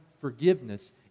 forgiveness